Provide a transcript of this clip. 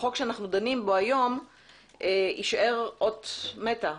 החוק שאנו דנים בו היום יישאר אות מתה,